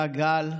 בן זוגה גל,